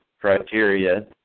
criteria